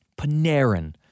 Panarin